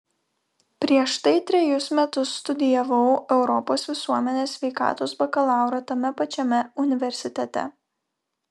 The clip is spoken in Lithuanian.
prieš tai trejus metus studijavau europos visuomenės sveikatos bakalaurą tame pačiame universitete